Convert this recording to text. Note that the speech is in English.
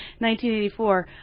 1984